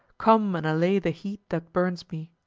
come and allay the heat that burns me.